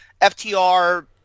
ftr